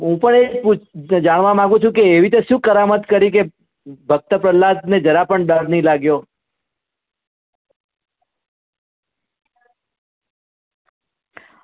હું પણ એ જ પૂછ જાણવા માંગુ છું કે એવી તો શું કરામત કરી કે ભક્ત પ્રહલાદને જરા પણ ડર નહીં લાગ્યો